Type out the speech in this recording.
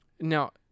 Now